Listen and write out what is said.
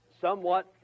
somewhat